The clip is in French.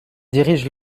dirige